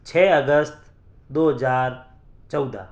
چھ اگست دو ہزار چودہ